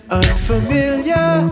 unfamiliar